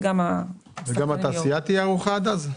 וגם התעשייה תהיה ערוכה עד אז?